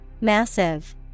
Massive